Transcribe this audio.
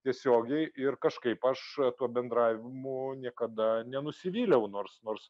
tiesiogiai ir kažkaip aš tuo bendravimu niekada nenusivyliau nors nors